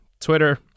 twitter